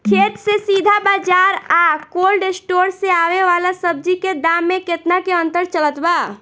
खेत से सीधा बाज़ार आ कोल्ड स्टोर से आवे वाला सब्जी के दाम में केतना के अंतर चलत बा?